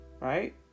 right